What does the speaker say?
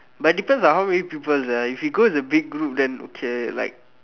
but depends on how many people sia if we go as a big group then okay like